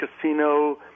casino